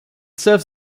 serves